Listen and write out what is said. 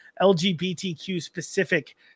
LGBTQ-specific